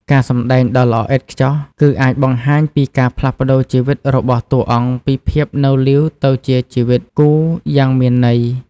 ការសម្ដែងដ៏ល្អឥតខ្ចោះ គឺអាចបង្ហាញពីការផ្លាស់ប្តូរជីវិតរបស់តួអង្គពីភាពនៅលីវទៅជាជីវិតគូយ៉ាងមានន័យ។